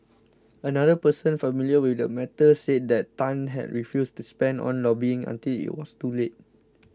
another person familiar with the matter said that Tan had refused to spend on lobbying until it was too late